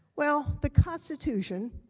well, the constitution,